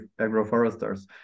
agroforesters